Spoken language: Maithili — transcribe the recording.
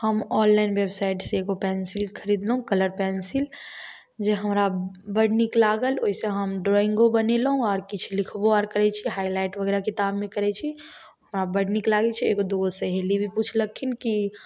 हम ऑनलाइन वेबसाइट सॅं एगो पेनसिल खरिदलहुॅं कलर पेनसिल जे हमरा बड़ नीक लागल ओहिसँ हम ड्रॉइंगो बनेलहुॅं आओर किछु लिखबौ आर करै छी हाइलाइट वगेरा किताबमे करै छी हमरा बड नीक लागै छै एगो दूगो सहेली भी पुछलखिन की